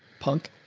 punk,